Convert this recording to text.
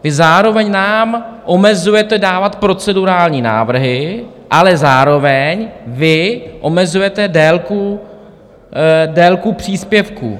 Vy zároveň nám omezujete dávat procedurální návrhy, ale zároveň omezujete délku příspěvků.